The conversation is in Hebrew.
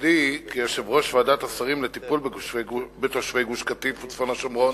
בתפקידי כיושב-ראש ועדת השרים לטיפול בתושבי גוש-קטיף וצפון השומרון